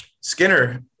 Skinner